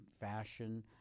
fashion